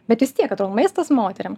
bet vis tiek atrodo maistas moterim